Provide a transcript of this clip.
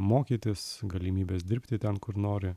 mokytis galimybės dirbti ten kur nori